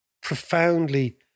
profoundly